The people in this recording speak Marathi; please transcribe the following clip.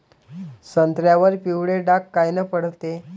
संत्र्यावर पिवळे डाग कायनं पडते?